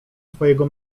twojego